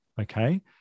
okay